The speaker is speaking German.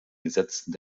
gesetzen